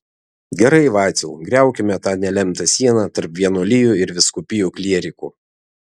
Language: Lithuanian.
gerai vaciau griaukime tą nelemtą sieną tarp vienuolijų ir vyskupijų klierikų